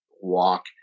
walk